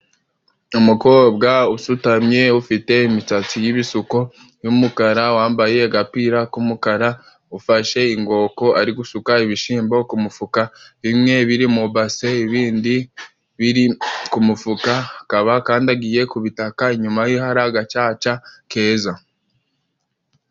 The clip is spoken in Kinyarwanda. Umukobwa usutamye ufite imisatsi y'ibisuko y'umukara, wambaye agapira k'umukara, ufashe ingoko ari gushuka ibishyimbo ku mufuka. Bimwe biri mu base ibindi biri ku mufuka akaba akandagiye kubitaka. Inyuma ye hari agacaca keza.